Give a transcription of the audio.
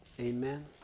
Amen